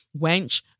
Wench